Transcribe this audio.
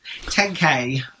10k